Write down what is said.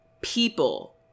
people